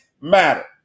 matter